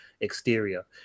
exterior